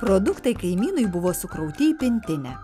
produktai kaimynui buvo sukrauti į pintinę